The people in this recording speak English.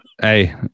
Hey